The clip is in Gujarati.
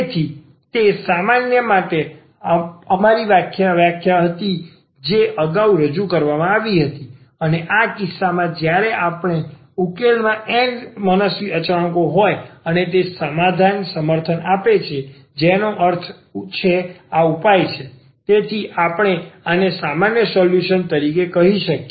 તેથી તે સામાન્ય સમાધાન માટે પણ અમારી વ્યાખ્યા હતી જે અગાઉ રજૂ કરવામાં આવી હતી અને આ કિસ્સામાં જ્યારે આપણી પાસે ઉકેલમાં આ n મનસ્વી અચળાંક હોય છે અને તે આ સમાધાનને સમર્થન આપે છે જેનો અર્થ છે આ ઉપાય છે તેથી આપણે આને સામાન્ય સોલ્યુશન તરીકે કહી શકીએ